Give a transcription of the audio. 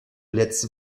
letzte